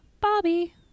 Bobby